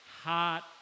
heart